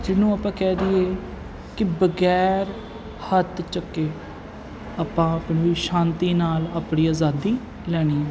ਜਿਹਨੂੰ ਆਪਾਂ ਕਹਿ ਦਈਏ ਕਿ ਬਗੈਰ ਹੱਥ ਚੁੱਕੇ ਆਪਾਂ ਆਪਣੀ ਸ਼ਾਂਤੀ ਨਾਲ ਆਪਣੀ ਆਜ਼ਾਦੀ ਲੈਣੀ ਹੈ